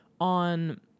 on